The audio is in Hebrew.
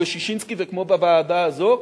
כמו ועדת-ששינסקי וכמו הוועדה הזאת,